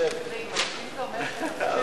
זה משקרים.